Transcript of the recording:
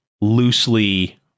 loosely